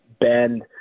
bend